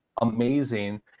amazing